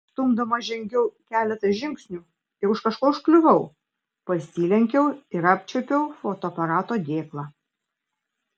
stumdoma žengiau keletą žingsnių ir už kažko užkliuvau pasilenkiau ir apčiuopiau fotoaparato dėklą